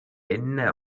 என்ன